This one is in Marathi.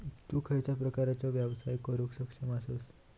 तु खयच्या प्रकारचो व्यापार करुक सक्षम आसस?